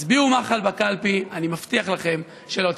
הצביעו מח"ל בקלפי, אני מבטיח לכם שלא תתחרטו.